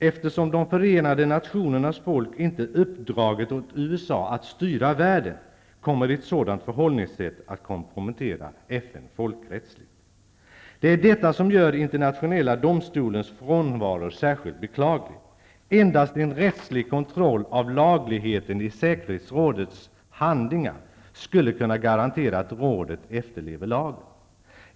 Eftersom ''de Förenade Nationernas folk'' inte har uppdragit åt USA att styra världen, kommer ett sådant förhållningssätt att kompromettera FN folkrättsligt. Det är detta som gör Internationella domstolens frånvaro särskilt beklaglig. Endast en rättslig kontroll av lagligheten i säkerhetsrådets handlingar skulle kunna garantera att rådet efterlever lagen.